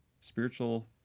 spiritual